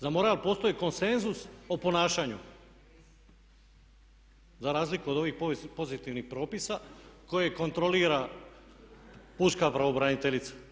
Za moral postoji konsenzus o ponašanju za razliku od ovih pozitivnih propisa koje kontrolira pučka pravobraniteljica.